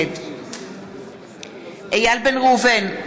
נגד איל בן ראובן,